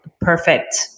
perfect